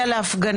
להגיב